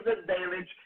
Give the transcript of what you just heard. advantage